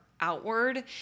outward